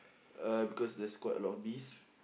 uh because there's quite a lot of bees